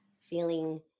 feeling